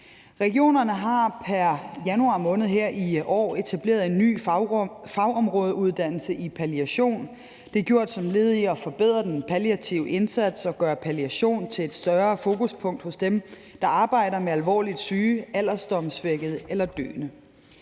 Regionerne har pr. januar måned her i år etableret en ny fagområdeuddannelse i palliation, det er gjort som led i at forbedre den palliative indsats og gøre palliation til et større fokuspunkt hos dem, der arbejder med alvorligt syge, alderdomssvækkede eller døende.